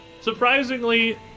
surprisingly